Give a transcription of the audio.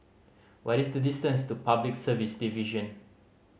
what is the distance to Public Service Division